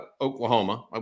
Oklahoma